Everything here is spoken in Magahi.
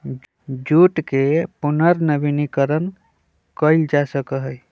जूट के पुनर्नवीनीकरण कइल जा सका हई